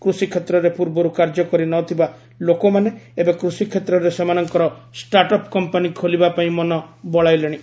କୃଷିକ୍ଷେତ୍ରରେ ପୂର୍ବରୁ କାର୍ଯ୍ୟ କରିନଥିବା ଲୋକମାନେ ଏବେ କୃଷିକ୍ଷେତ୍ରରେ ସେମାନଙ୍କର ଷ୍ଟାଟ୍ଅପ୍ କମ୍ପାନୀ ଖୋଲିବାପାଇଁ ମନ ବଳାଇଲେଶି